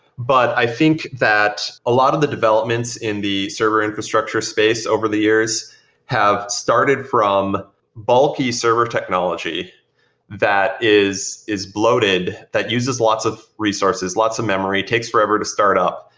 but i think that a lot of the developments in the server infrastructure space over the years have started from bulky server technology that is is bloated, that uses lots of resources, lots of memory, takes forever to start up,